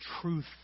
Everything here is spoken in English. truth